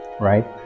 right